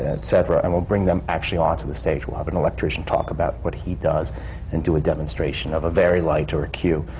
etc. and we'll bring them actually onto the stage. we'll have an electrician talk about what he does and do a demonstration of a vari-light or a cue.